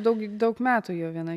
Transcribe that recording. daug daug metų jau viena